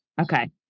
Okay